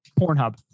Pornhub